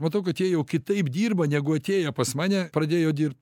matau kad jie jau kitaip dirba negu atėję pas mane pradėjo dirbt